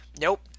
nope